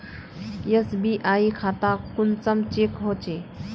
SBI खाता कुंसम check होचे?